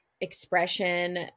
expression